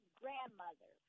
grandmother